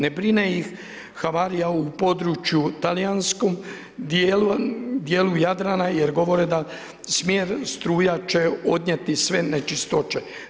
Ne brine ih havarija u području talijanskom dijelu, dijelu Jadrana, jer govore da smjer struja će odnijeti sve nečistoće.